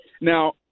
Now